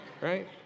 right